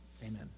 Amen